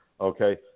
okay